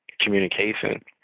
communication